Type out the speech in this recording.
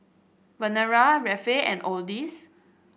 Verena Rafe and Odis